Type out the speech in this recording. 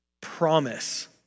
promise